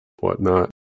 whatnot